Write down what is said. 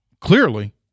clearly –